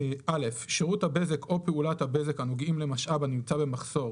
שירות הבזק או פעולת הבזק נוגעים למשאב הנמצא במחסור